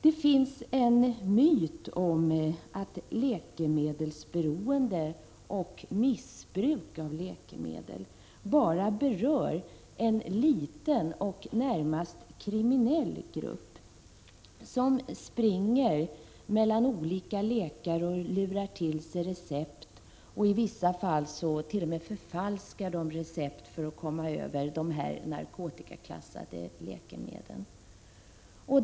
Det finns en myt om att läkemedelsberoende och missbruk av läkemedel bara berör en liten och närmast kriminell grupp av människor som springer mellan olika läkare och lurar till sig recept, i vissa fall t.o.m. förfalskar recept, för att komma över narkotikaklassade läkemedel.